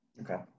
Okay